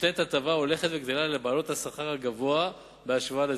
נותנת הטבה הולכת וגדלה לבעלות השכר הגבוה בהשוואה לזיכוי.